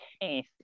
case